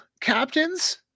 captains